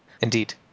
Indeed